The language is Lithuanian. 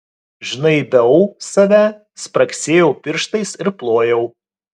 žnaibiau save spragsėjau pirštais ir plojau